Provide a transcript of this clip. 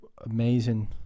amazing